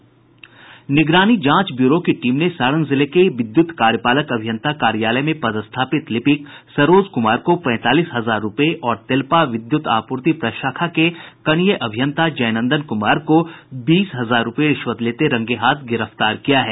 निगरानी जांच ब्यूरो की टीम ने सारण जिले के विद्युत कार्यपालक अभियंता कार्यालय में पदस्थापित लिपिक सरोज कुमार को पैंतालीस हजार रुपये और तेलपा विद्युत आपूर्ति प्रशाखा के कनीय अभियंता जयनंदन कुमार को बीस हजार रुपये रिश्वत लेते रंगे हाथ गिरफ्तार किया है